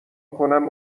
کنم